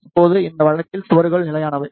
இப்போது இந்த வழக்கில் சுவர்கள் நிலையானவை